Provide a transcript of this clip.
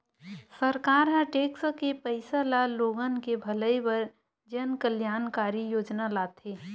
सरकार ह टेक्स के पइसा ल लोगन के भलई बर जनकल्यानकारी योजना लाथे